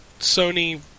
Sony